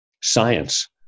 science